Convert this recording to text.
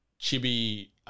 chibi